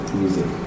music